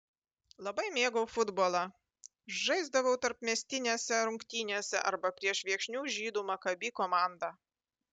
labai mėgau futbolą žaisdavau tarpmiestinėse rungtynėse arba prieš viekšnių žydų makabi komandą